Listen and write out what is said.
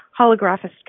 holographist